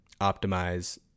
optimize